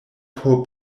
por